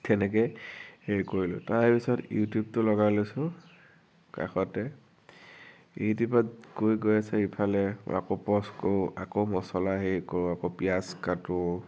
তেনেকে হেৰি কৰিলো তাৰপিছত ইউটিউবটো লগাই লৈছো কাষতে ইউটিউবত কৈ গৈ আছে ইফালে আকৌ প'জ কৰো আকৌ মছলা হেৰি কৰো আকৌ পিয়াঁজ কাটো